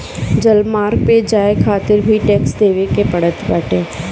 जलमार्ग पअ जाए खातिर भी टेक्स देवे के पड़त बाटे